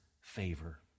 favor